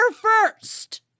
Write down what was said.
first